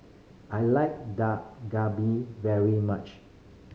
I like Dak Galbi very much